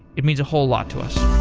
it means a whole lot to us